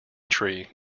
tree